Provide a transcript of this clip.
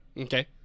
Okay